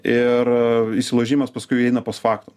ir įsilaužimas paskui eina fost faktum